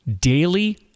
daily